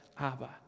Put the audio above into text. Abba